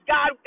God